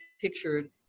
pictured